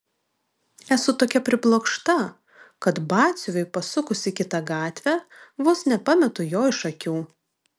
esu tokia priblokšta kad batsiuviui pasukus į kitą gatvę vos nepametu jo iš akių